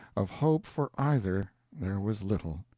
of hope for either there was little.